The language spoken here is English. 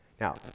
Now